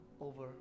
over